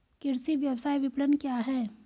कृषि व्यवसाय विपणन क्या है?